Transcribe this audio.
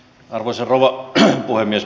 arvoisa rouva puhemies